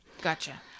Gotcha